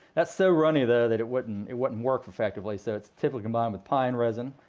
that's so runny though that it wouldn't it wouldn't work effectively so it's typically combined with pine resin.